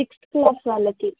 sixth class వాళ్ళకి